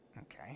Okay